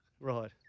Right